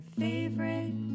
favorite